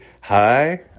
hi